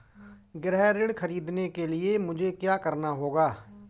गृह ऋण ख़रीदने के लिए मुझे क्या करना होगा?